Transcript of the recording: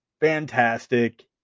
fantastic